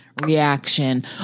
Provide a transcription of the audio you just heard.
reaction